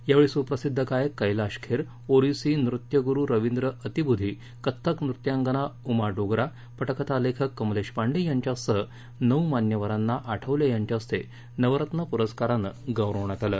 यावेळी सुप्रसिद्ध गायक कैलाश खेर ओरिसी नृत्यगुरु रवींद्र अतिबुधी कथ्थक नृत्यांगना उमा डोगरा पटकथा लेखक कमलेश पांडे यांच्यासह नऊ मान्यवरांना आठवले यांच्या हस्ते नवरत्न पुरस्कारानं गौरवण्यात आलं